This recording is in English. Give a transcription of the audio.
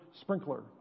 sprinkler